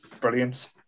brilliance